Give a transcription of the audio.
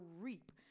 reap